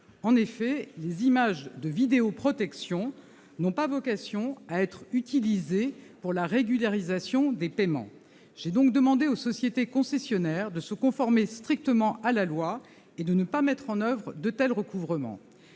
En effet, les images de vidéoprotection n'ont pas vocation à être utilisées pour la régularisation des paiements. J'ai donc demandé aux sociétés concessionnaires de se conformer strictement à la loi et de ne pas mettre en oeuvre de tels recouvrements.